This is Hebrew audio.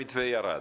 המתווה ירד.